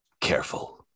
careful